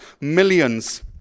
millions